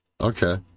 Okay